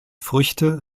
früchte